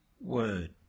word